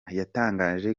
yatangaje